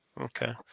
Okay